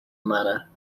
manner